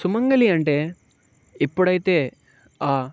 సుమంగళి అంటే ఎప్పుడైతే